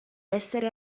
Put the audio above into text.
essere